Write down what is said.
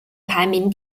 排名